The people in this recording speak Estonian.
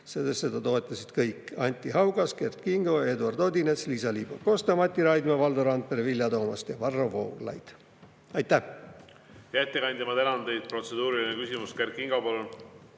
Seda toetasid kõik: Anti Haugas, Kert Kingo, Eduard Odinets, Liisa-Ly Pakosta, Mati Raidma, Valdo Randpere, Vilja Toomast ja Varro Vooglaid. Aitäh!